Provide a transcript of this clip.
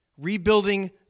rebuilding